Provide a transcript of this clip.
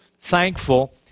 thankful